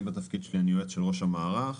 אני בתפקידי יועץ של ראש המערך.